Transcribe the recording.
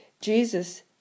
Jesus